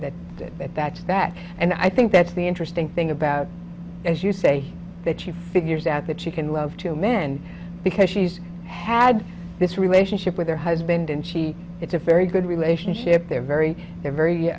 to that and i think that's the interesting thing about as you say that you figures out that you can love two men because she's had this relationship with her husband and she it's a very good relationship they're very they're very